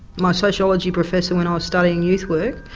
my sociology professor when i was studying youth work,